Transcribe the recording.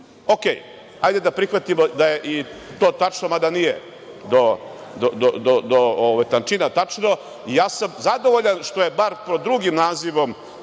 Okej, hajde da prihvatimo da je i to tačno, mada nije do tančina tačno. Zadovoljan sam što je bar pod drugim nazivom